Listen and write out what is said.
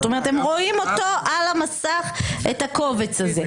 זאת אומרת, הם רואים על המסך את הקובץ הזה.